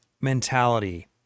mentality